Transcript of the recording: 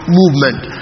movement